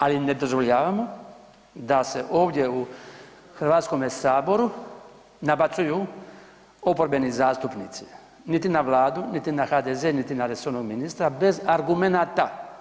Ali ne dozvoljavamo da se ovdje u Hrvatskom saboru nabacuju oporbeni zastupnici niti na Vladu, niti na HDZ-e, niti na resornog ministra bez argumenata.